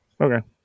Okay